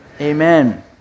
amen